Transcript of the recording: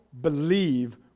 believe